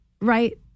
right